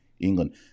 England